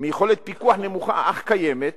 מיכולת פיקוח נמוכה אך קיימת